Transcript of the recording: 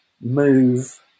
move